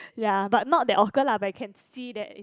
ya but not that awkward lah but you can see there is